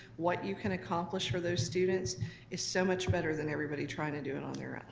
what you can accomplish for those students is so much better than everybody trying to do it on their